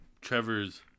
Trevor's